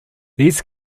these